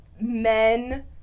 men